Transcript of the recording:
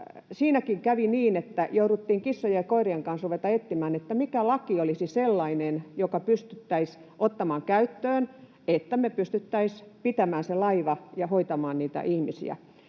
Siinäkin kävi niin, että jouduttiin kissojen ja koirien kanssa rupeamaan etsimään, mikä laki olisi sellainen, joka pystyttäisiin ottamaan käyttöön, että me pystyttäisiin pitämään se laiva ja hoitamaan niitä ihmisiä